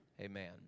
Amen